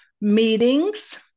meetings